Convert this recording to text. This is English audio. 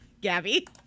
Gabby